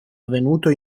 avvenuto